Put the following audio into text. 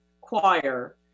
choir